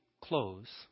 close